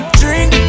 drink